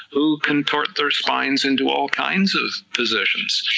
who contort their spines into all kinds of positions,